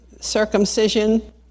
circumcision